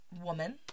woman